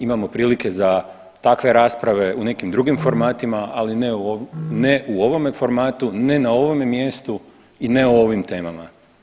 Imamo prilike za takve rasprave u nekim drugim formatima, ali ne u ovome formatu, ne na ovome mjestu i ne o ovim temama.